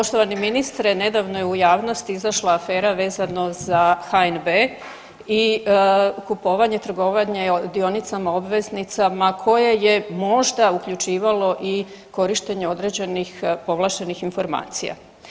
Poštovani ministre, nedavno je u javnosti izašla afera vezano za HNB i kupovanje, trgovanje dionicama, obveznicama koje je možda uključivalo i korištenje određenih povlaštenih informacija.